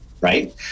Right